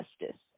justice